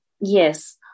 yes